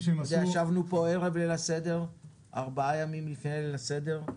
ישבנו פה ארבעה ימים לפני ליל הסדר,